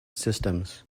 systems